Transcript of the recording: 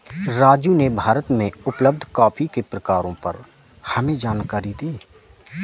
राजू ने भारत में उपलब्ध कॉफी के प्रकारों पर हमें जानकारी दी